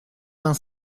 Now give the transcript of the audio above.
vingt